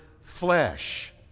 flesh